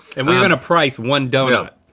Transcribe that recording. and we're gonna price one donut.